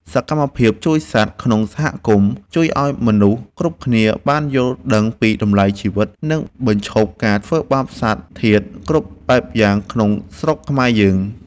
សកម្មភាពជួយសត្វក្នុងសហគមន៍ជួយឱ្យមនុស្សគ្រប់គ្នាបានយល់ដឹងពីតម្លៃជីវិត និង បញ្ឈប់ការធ្វើបាបសត្វធាតុគ្រប់បែបយ៉ាងក្នុងស្រុកខ្មែរយើង។